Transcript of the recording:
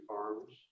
Farms